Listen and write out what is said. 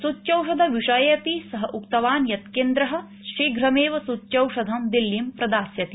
सूच्यौषधविषयेपि सः उक्तवान् यत् केन्द्रः शीघ्रमेव सूच्यौषधं दिल्लीम् प्रदास्यति